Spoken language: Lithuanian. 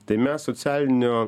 tai mes socialinio